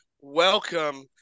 Welcome